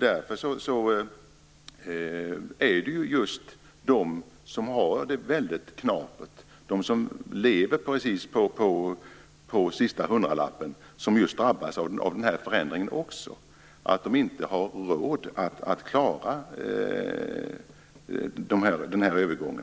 Därför är det just de som har det väldigt knapert och lever på sista hundralappen, som också drabbas av denna förändring. De klarar inte denna övergång.